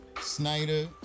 Snyder